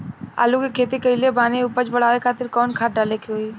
आलू के खेती कइले बानी उपज बढ़ावे खातिर कवन खाद डाले के होई?